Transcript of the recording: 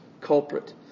culprit